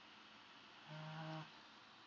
ah